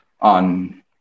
on